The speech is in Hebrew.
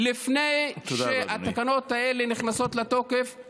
לפני שהתקנות האלה נכנסות לתוקף,